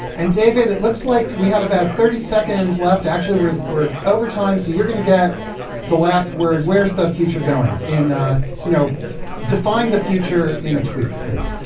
and david, it looks like we have about thirty seconds left. actually, we're we're over time, so you're going to get the last word. where's the future going? ah you know define the future in a tweet, please.